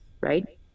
right